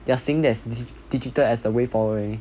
they are seeing there's digit~ digital as a way forward already